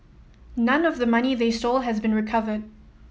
none of the money they stole has been recovered